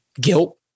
guilt